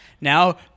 Now